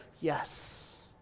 yes